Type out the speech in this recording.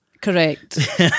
Correct